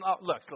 look